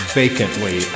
vacantly